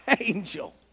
angel